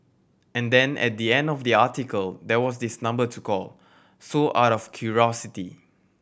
and then at the end of the article there was this number to call so out of curiosity